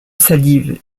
salive